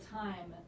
time